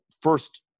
first